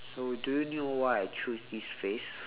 so do you know why I choose this phrase